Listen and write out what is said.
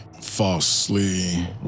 falsely